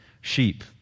sheep